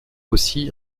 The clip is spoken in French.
aussi